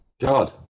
God